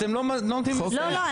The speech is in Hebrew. אתם לא נותנים לי לדבר,